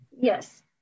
Yes